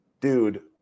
dude